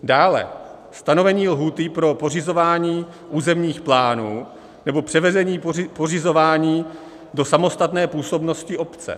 Dále stanovení lhůty pro pořizování územních plánů nebo převedení pořizování do samostatné působnosti obce.